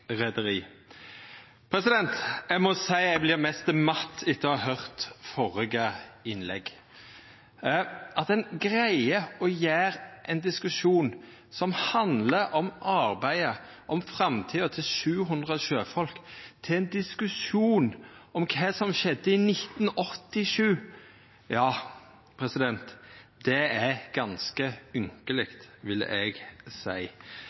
Eg må seia at eg vert mest matt etter å ha høyrt førre innlegg. At ein greier å gjera ein diskusjon som handlar om arbeidet og framtida til 700 sjøfolk til ein diskusjon om kva som skjedde i 1987, er ganske ynkeleg,